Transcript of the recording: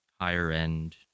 higher-end